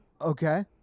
Okay